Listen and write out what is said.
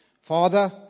Father